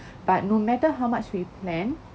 but no matter how much we plan